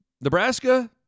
Nebraska